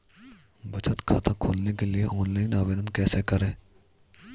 बचत खाता खोलने के लिए ऑनलाइन आवेदन कैसे करें?